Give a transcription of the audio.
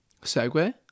segue